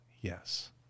yes